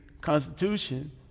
Constitution